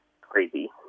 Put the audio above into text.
crazy